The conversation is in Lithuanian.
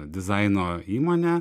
dizaino įmonę